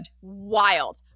Wild